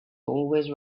always